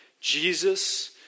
Jesus